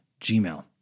Gmail